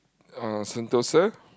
or Sentosa